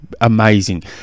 amazing